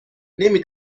نمی